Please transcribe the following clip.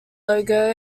logo